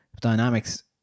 dynamics